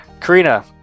Karina